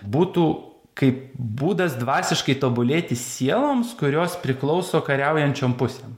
būtų kaip būdas dvasiškai tobulėti sieloms kurios priklauso kariaujančiom pusėm